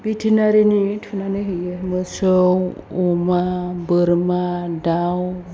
भेटेनारिनि थुनानै होयो मोसौ अमा बोरमा दाउ